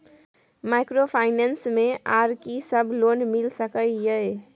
Microfinance मे आर की सब लोन मिल सके ये?